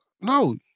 No